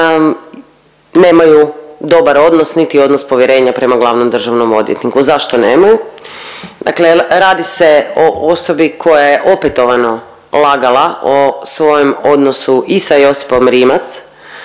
nemaju dobar odnos niti odnos povjerenja prema glavnom državnom odvjetniku. Zašto nemaju? Dakle, radi se o osobi koja je opetovano lagala o svojem odnosu i sa Josipom Rimac,